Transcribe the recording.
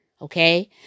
Okay